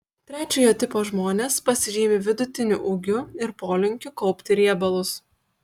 trečiojo tipo žmonės pasižymi vidutiniu ūgiu ir polinkiu kaupti riebalus